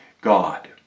God